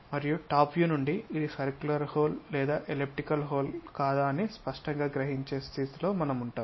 మరియు top view నుండి ఇది సర్క్యులర్ హోల్ లేదా ఎలిప్టికల్ హోల్ కాదా అని స్పష్టంగా గ్రహించే స్థితిలో ఉంటాము